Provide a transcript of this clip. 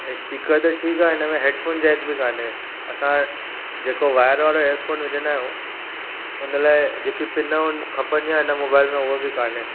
ऐं स्पीकर त ठीकु आहे हिन में हैडफोन जैक बि कोन्हे असां जेको वायर वारो हैडफोन विझंदा आहियो न उन लाइ जेकी पिन खपंदी आहे उन मोबाइल में उहा बि कोन्हे